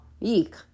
Eek